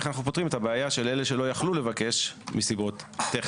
איך אנחנו פותרים את הבעיה של אלה שלא יכלו לבקש מסיבות טכניות?